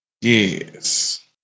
Yes